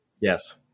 Yes